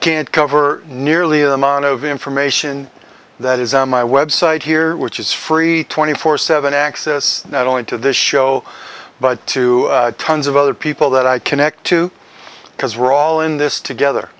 can't cover nearly the amount of information that is on my website here which is free twenty four seven access not only to this show but to tons of other people that i connect to because we're all in this together